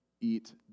eat